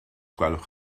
gwelwch